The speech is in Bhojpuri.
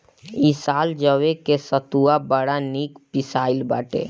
इ साल जवे के सतुआ बड़ा निक पिसाइल बाटे